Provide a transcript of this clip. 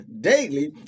daily